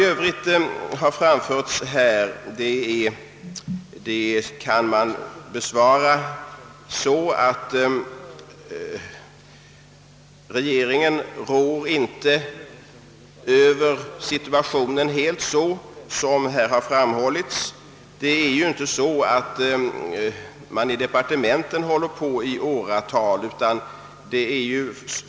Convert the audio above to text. Övriga frågor som här ställts kan jag besvara så, att regeringen inte råder över situationen precis så som här sagts. I departementen arbetar man inte på propositionerna i åratal.